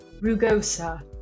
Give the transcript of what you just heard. Rugosa